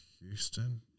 Houston